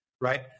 right